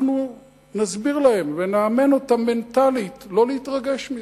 אנחנו נסביר להם ונאמן אותם מנטלית לא להתרגש מזה.